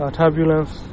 turbulence